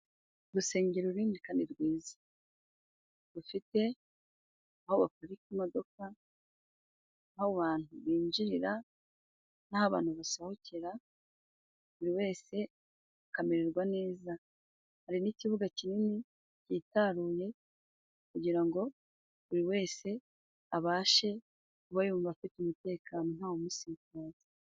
Urusengero runini kandi rwiza rufite aho baparika imodoka, aho abantu binjirira, n'ah'abantu basohokera buri wese akamererwa neza. Hari n'ikibuga kinini cyitaruye kugira ngo buri wese abashe kuba yumva afite umutekano ntawe umusitaza.